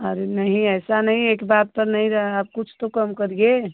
अरे नहीं ऐसा नहीं है एक बार तो नहीं गए हैं आप कुछ तो कम करिए